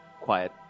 quiet